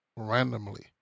randomly